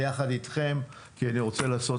יחד אתכם כי אני רוצה לעשות